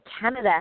Canada